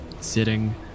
Sitting